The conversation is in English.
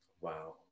Wow